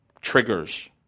triggers